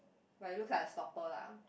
but it looks like a stopper lah